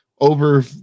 over